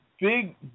big